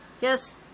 yes